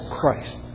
Christ